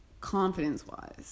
Confidence-wise